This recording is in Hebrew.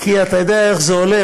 כי אתה יודע איך זה הולך,